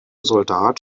soldat